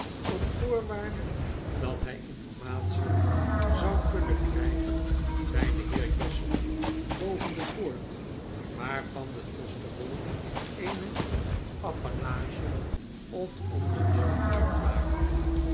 op voorwaarde dat hij information zou kunnen krijgen bij den heer jasper boven de poort waarvan het kosterhol eene appanage of onderdeel uitmaakte